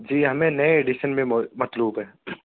جی ہمیں نئے ایڈیشن میں مطلوب ہے